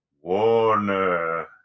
Warner